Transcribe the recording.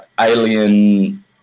alien